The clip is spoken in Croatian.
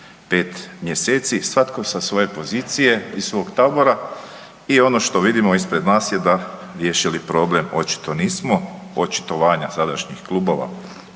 5 mjeseci svatko sa svoje pozicije, iz svog tabora i ono što vidimo ispred nas je da riješili problem očito nismo, očitovanja sadašnjih klubova